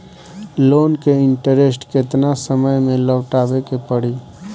Loan के interest केतना समय में लौटावे के पड़ी?